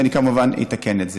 ואני כמובן אתקן את זה.